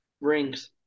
rings